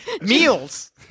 Meals